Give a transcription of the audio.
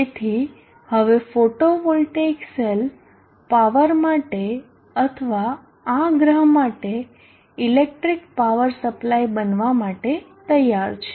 તેથી હવે photovoltaic cell power માટે અથવા આ ગ્રહ માટે ઇલેક્ટ્રિક પાવર સપ્લાય બનવા માટે તૈયાર છે